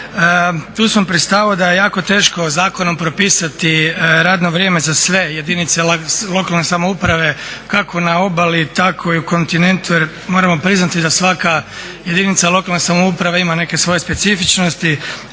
Tu smo pri stavu da je jako teško zakonom propisati radno vrijeme za sve jedinice lokalne samouprave kako na obali tako i u kontinentu, jer moramo priznati da svaka jedinica lokalne samouprave ima neke svoje specifičnosti